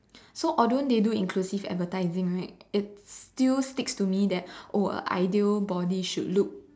so although they do inclusive advertising right it still sticks to me that oh a ideal body should look